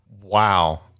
Wow